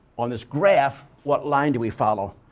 on this graph, what line do we follow?